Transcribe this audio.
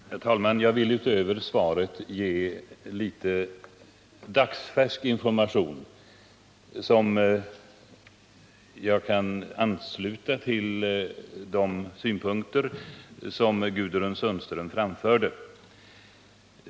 Herr talman! Jag vill utöver svaret ge litet dagsfärsk information som ansluter till de synpunkter Gudrun Sundström framförde.